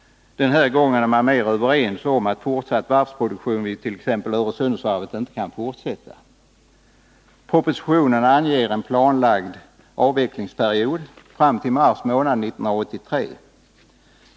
Den här gången är man mera överens om att fortsatt varvsproduktion vid t.ex. Öresundsvarvet inte är möjlig. Propositionen anger en planlagd avvecklingsperiod fram till mars månad 1983.